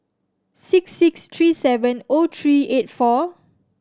six six three seven O three eight four